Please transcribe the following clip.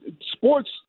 sports